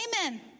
amen